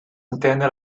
intende